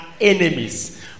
enemies